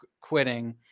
quitting